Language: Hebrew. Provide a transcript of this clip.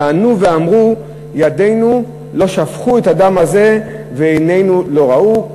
וענו ואמרו: ידינו לא שפכו את הדם הזה ועינינו לא ראו.